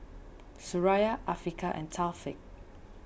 Suraya Afiqah and Taufik